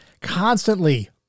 constantly